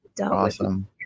Awesome